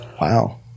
Wow